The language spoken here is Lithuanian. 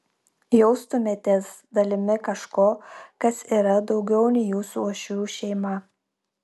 jaustumėtės dalimi kažko kas yra daugiau nei jūsų uošvių šeima